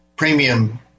premium